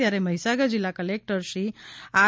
ત્યારે મહીસાગર જિલ્લા collector Shri R